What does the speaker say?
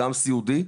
גם סיעודי,